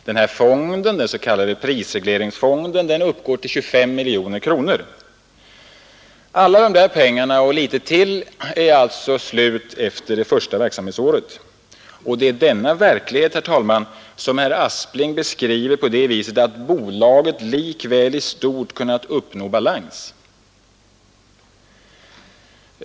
Denna fond, den s.k. prisregleringsfonden, uppgår till 25 miljoner kronor. Alla dessa pengar och litet till är alltså slut redan efter det första verksamhetsåret. Och det är denna verklighet, herr talman, som herr Aspling beskriver på det viset att ”bolaget likväl i stort sett kunnat uppnå balans”.